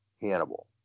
Hannibal